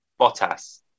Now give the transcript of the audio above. Bottas